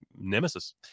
nemesis